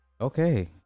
Okay